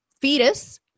fetus